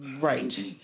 Right